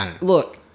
look